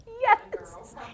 Yes